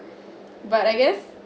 but I guess